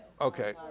Okay